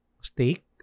stake